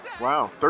Wow